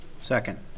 Second